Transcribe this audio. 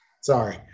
Sorry